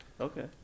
Okay